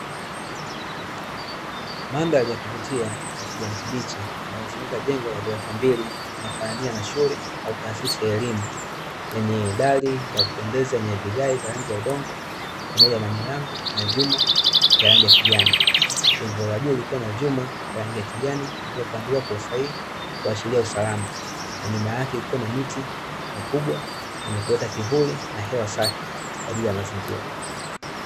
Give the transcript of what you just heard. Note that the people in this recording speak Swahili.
Mandhari ya kuvutia ya kijani kibichi inayozunguka jengo la ghorofa mbili inayofanania na shule au taasisi ya elimu yenye dari ya kupendeza, yenye vigae vya rangi ya udongo pamoja na milango na vyuma vya rangi ya kijani. Jengo la juu likiwa na vyuma vya rangi ya kijani vilivyopangiliwa kwa usahihi kuashiria usalam,a na nyuma yake kuna miti mikubwa yenye kuleta kivuli na hewa safi kwa ajili ya mazingira.